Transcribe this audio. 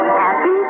happy